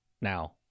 now